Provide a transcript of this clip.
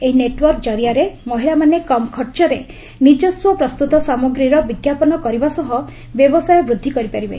ଏହି ନେଟ୍ୱର୍କ ଜରିଆରେ ମହିଳାମାନେ କମ୍ ଖର୍ଚ୍ଚରେ ନିଜସ୍ୱ ପ୍ରସ୍ତୁତ ସାମଗ୍ରୀର ବିଜ୍ଞାପନ କରିବା ସହ ବ୍ୟବସାୟ ବୁଦ୍ଧି କରିପାରିବେ